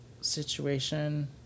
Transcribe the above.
situation